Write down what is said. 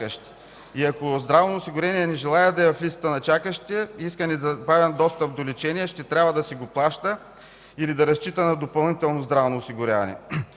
Ако здравноосигуреният не желае да е в листата на чакащите и иска незабавен достъп до лечение, ще трябва да си го плаща или да разчита на допълнително здравно осигуряване.